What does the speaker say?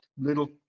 little